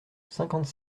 cinquante